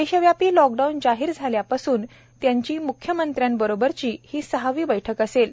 देशव्यापी लॉकडाऊन जाहीर झाल्यापासून त्यांची मुख्यमंत्र्यांबरोबरची ही सहावी बैठक असेल